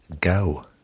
go